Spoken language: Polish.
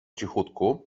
cichutku